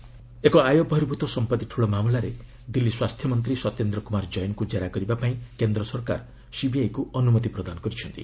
CBI ଜଏନ୍ ଏକ ଆୟ ବହିର୍ଭୁତ ସମ୍ପତ୍ତି ଠୂଳ ମାମଲାରେ ଦିଲ୍ଲୀ ସ୍ୱାସ୍ଥ୍ୟମନ୍ତ୍ରୀ ସତ୍ୟେନ୍ଦ୍ର କ୍ରମାର ଜୈନଙ୍କୁ ଜେରା କରିବାପାଇଁ କେନ୍ଦ୍ର ସରକାର ସିବିଆଇକ୍ ଅନ୍ଦ୍ରମତି ପ୍ରଦାନ କରିଛନ୍ତି